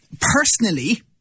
Personally